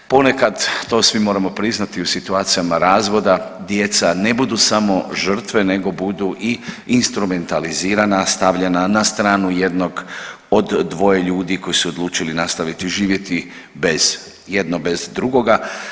Ponekad to svi moramo priznati u situacijama razvoda djeca ne budu samo žrtve, nego budu i instrumentalizirana, stavljena na stranu jednog od dvoje ljudi koji su odlučili nastaviti živjeti bez, jedno bez drugoga.